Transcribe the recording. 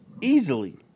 Easily